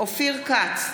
אופיר כץ,